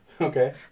Okay